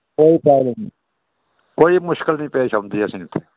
कोई प्रॉबलम नेईं कोई मुश्किल निं पेश औंदी असें उत्थें